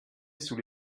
sous